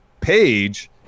Page